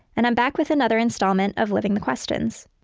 and i'm back with another installment of living the questions.